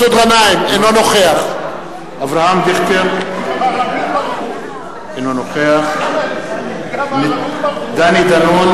אינו נוכח אברהם דיכטר, אינו נוכח דני דנון,